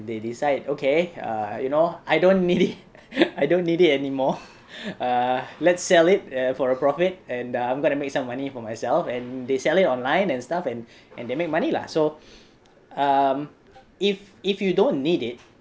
they decide okay err you know I don't really I don't need it anymore err let's sell it for a profit and I'm going to make some money for myself and they sell it online and stuff and and they make money lah so um if if you don't need it